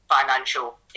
financial